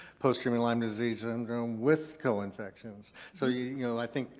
post-treatment lyme disease syndrome with co-infections. so you know i think.